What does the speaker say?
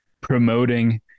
promoting